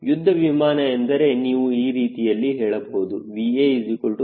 ಯುದ್ಧ ವಿಮಾನ ಅಂದರೆ ನೀವು ಈ ರೀತಿಯಲ್ಲಿ ಹೇಳಬಹುದು VA1